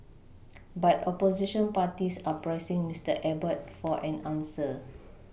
but opposition parties are pressing Miater Abbott for an answer